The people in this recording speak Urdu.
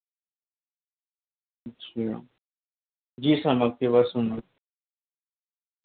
اچھا جی سر آپ کی بات سن رہا